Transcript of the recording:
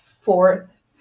fourth